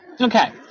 Okay